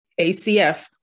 ACF